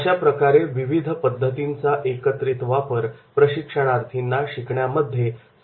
अशाप्रकारे विविध पद्धतींचा एकत्रित वापर प्रशिक्षणार्थींना शिकण्यामध्ये सक्रियपणे सहभागी करून घेतो